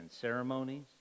ceremonies